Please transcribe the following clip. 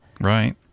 Right